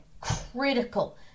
critical